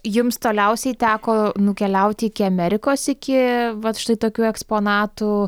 jums toliausiai teko nukeliauti iki amerikos iki vat štai tokių eksponatų